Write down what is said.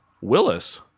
Willis